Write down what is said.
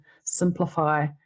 simplify